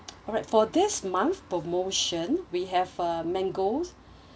alright for this month promotion we have uh mangoes